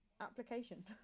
application